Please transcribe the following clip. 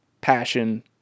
passion